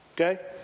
Okay